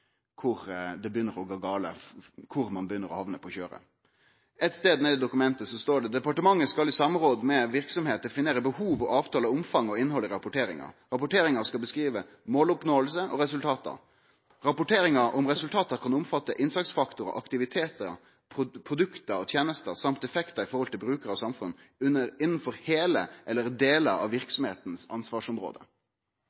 det begynner å gå galt, kor ein begynner å hamne på kjøret. Ein stad ut i dokumentet står det: «Departementet skal i samråd med virksomheten definere behov og avtale omfang og innhold i rapporteringen. Rapporteringen skal beskrive måloppnåelse og resultater. Rapporteringen om resultater kan omfatte innsatsfaktorer, aktiviteter, produkter og tjenester samt effekter i forhold til bruker og samfunn, innenfor hele eller deler av